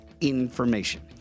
information